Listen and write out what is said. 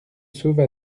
sauve